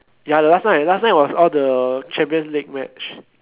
ya last night last night was all the champions league match